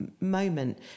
moment